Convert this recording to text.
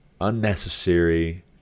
unnecessary